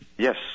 Yes